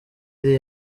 iri